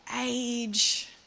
age